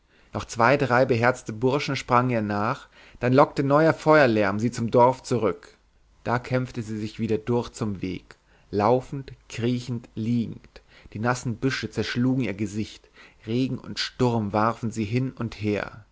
noch zwei drei beherzte burschen sprangen ihr nach dann lockte neuer feuerlärm sie zum dorf zurück da kämpfte sie sich wieder durch zum weg laufend kriechend liegend die nassen büsche zerschlugen ihr gesicht regen und sturm warfen sie hin und her